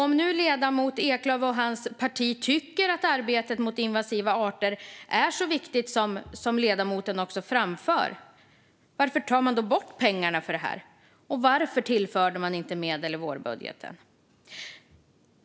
Om nu ledamoten Eklöf och hans parti tycker att arbetet mot invasiva arter är så viktigt, något som ledamoten också framför, varför tar man då bort pengarna för detta? Varför tillförde man inte medel i vårbudgeten?